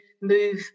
move